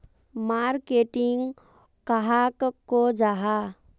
Marketing कहाक को जाहा?